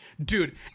dude